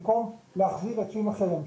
במקום להחזיר עצים אחרים.